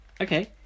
Okay